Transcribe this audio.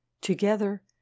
Together